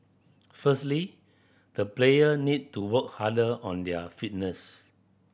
firstly the player need to work harder on their fitness